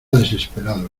desesperado